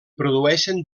produeixen